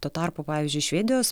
tuo tarpu pavyzdžiui švedijos